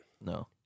No